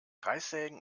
kreissägen